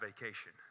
vacation